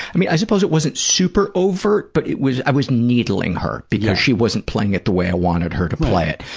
i mean, i suppose it wasn't super overt, but it was, i was needling her because she wasn't playing it the way i wanted her to play it.